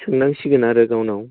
सोंनांसिगोन आरो गावनाव